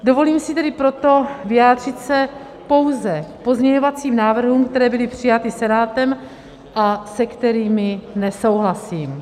Dovolím si tedy proto vyjádřit se pouze k pozměňovacím návrhům, které byly přijaty Senátem a se kterými nesouhlasím.